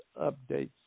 updates